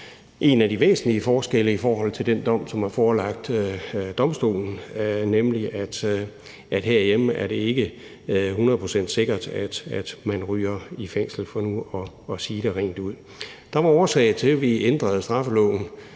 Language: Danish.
en af de væsentlige forskelle i forhold til den dom, som er forelagt domstolen, nemlig at herhjemme er det ikke hundrede procent sikkert, at man ryger i fængsel, for nu at sige det rent ud. Der var årsager til, at vi ændrede straffeloven